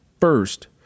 first